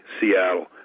Seattle